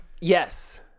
Yes